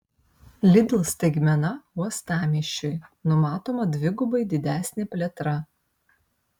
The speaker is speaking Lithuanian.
lidl staigmena uostamiesčiui numatoma dvigubai didesnė plėtra